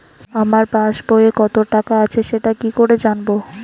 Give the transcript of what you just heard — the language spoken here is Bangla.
আমার পাসবইয়ে কত টাকা আছে সেটা কি করে জানবো?